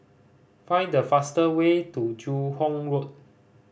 find the fast way to Joo Hong Road